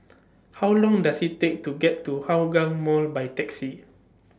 How Long Does IT Take to get to Hougang Mall By Taxi